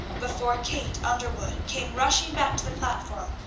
before kate underwood came rushing back to the platform,